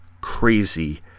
crazy